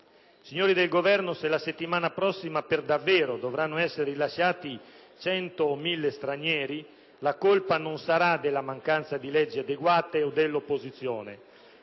Signori del Governo, se la settimana prossima per davvero dovranno essere rilasciati cento o mille stranieri, la colpa non sarà della mancanza di leggi adeguate o dell'opposizione: